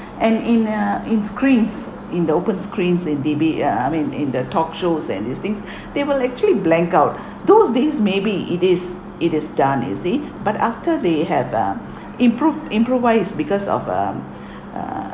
and in uh in screens in the open screens in D_B uh I mean in the talk shows and these things they will actually blank out those days maybe it is it is done you see but after they have um improved improvised because of um uh